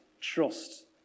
trust